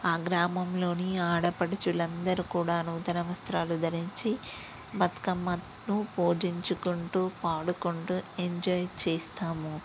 ఆ గ్రామంలోని ఆడపడుచులు అందరూ కూడా నూతన వస్త్రాలు ధరించి బతుకమ్మను పూజించుకుంటూ పాడుకుంటూ ఎంజాయ్ చేస్తాము